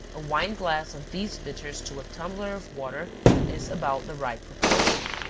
a wine glass of these bitters to a tumbler of water is about the right proportion.